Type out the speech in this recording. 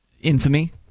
infamy